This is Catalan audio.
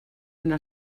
una